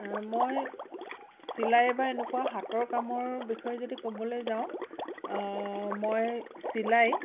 মই চিলাই বা এনেকুৱা হাতৰ কামৰ বিষয়ে যদি ক'বলৈ যাওঁ মই চিলাই